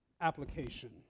application